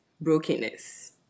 brokenness